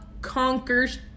conquers